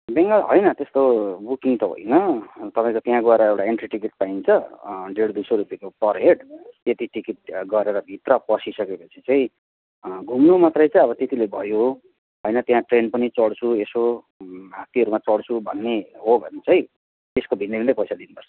बेङ्गाल होइन त्यस्तो बुकिङ त होइन तपाईँको त्यहाँ गएर एउटा एन्ट्री टिकट पाइन्छ डेढ दुई सौ रुपियाँको पर हेड त्यति टिकट गरेर भित्र पसिसकेपछि चाहिँ घुम्नु मात्रै त त्यतिले भयो होइन त्यहाँ ट्रेन पनि चढ्छु यसो हात्तीहरूमा चढ्छु भन्ने हो भने चाहिँ त्यसको भिन्दभिन्दै पैसा दिनुपर्छ